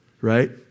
right